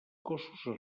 cossos